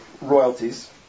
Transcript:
royalties